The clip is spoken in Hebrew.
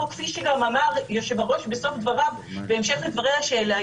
אני כן אשמח מכיוון שזה המקום היחיד שזה נידון כרגע בכנסת,